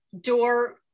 door